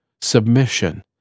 submission